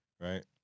right